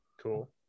Cool